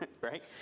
right